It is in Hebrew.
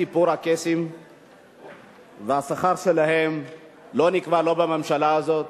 סיפור הקייסים והשכר שלהם לא נקבע בממשלה הזאת.